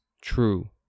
true